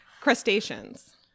crustaceans